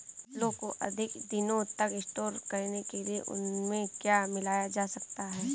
फसलों को अधिक दिनों तक स्टोर करने के लिए उनमें क्या मिलाया जा सकता है?